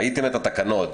ראיתם את התקנות,